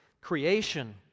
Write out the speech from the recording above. creation